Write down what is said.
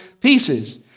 pieces